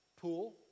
pool